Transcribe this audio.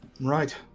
Right